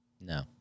No